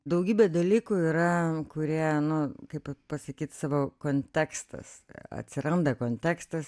daugybė dalykų yra kurie nu kaip pasakyt savo kontekstas atsiranda kontekstas